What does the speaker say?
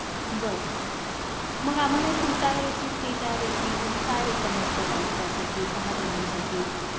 बर मग आम्हाला two tier A C three tier A C तुम्ही काय रेकमेंड कराल त्यासाठी सहा जणांसाठी